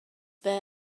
ble